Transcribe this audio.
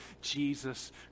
Jesus